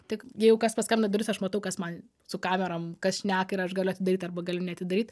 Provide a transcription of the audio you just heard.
tik jeigu kas paskambina į duris aš matau kas man su kamerom kas šneka ir aš galiu daryt arba galiu neatidaryt